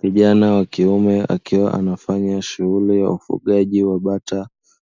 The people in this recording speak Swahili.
Kijana wa kiume akiwa anafanya shughuli ya ufugaji wa bata,